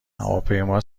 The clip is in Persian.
هواپیما